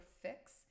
fix